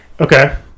Okay